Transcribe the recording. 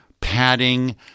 padding